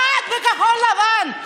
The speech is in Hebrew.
ואת בכחול לבן,